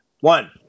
One